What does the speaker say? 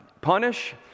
punish